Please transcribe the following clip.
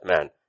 man